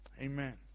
Amen